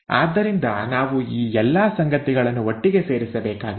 ಆದ್ದರಿಂದ ನಾವು ಈ ಎಲ್ಲ ಸಂಗತಿಗಳನ್ನು ಒಟ್ಟಿಗೆ ಸೇರಿಸಬೇಕಾಗಿದೆ